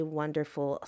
wonderful